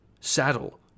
Saddle